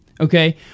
okay